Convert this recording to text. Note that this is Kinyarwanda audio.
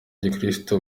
gikristu